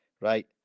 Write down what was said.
Right